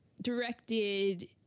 directed